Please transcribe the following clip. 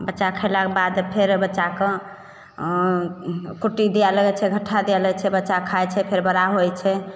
बच्चा खएलाके बाद फेर बच्चाके कुट्टी दिए लगै छै घट्ठा दिए लगै छै बच्चा खाइ छै फेर बड़ा होइ छै